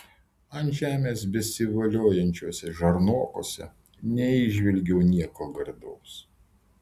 ant žemės besivoliojančiuose žarnokuose neįžvelgiau nieko gardaus